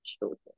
children